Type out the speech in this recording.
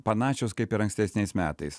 panašios kaip ir ankstesniais metais